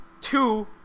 two